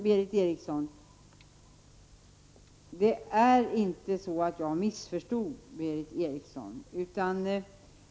Sedan är det inte så att jag missförstod Berith Eriksson.